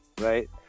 right